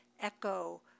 echo